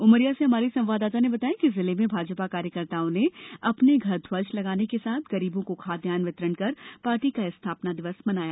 उमरिया से हमारे संवाददाता ने बताया है कि जिले में भाजपा कार्यकर्ताओं ने अपने घर ध्वज लगाने के साथ गरीबों को खादयान्न वितरण कर पार्टी का स्थापना दिवस मनाया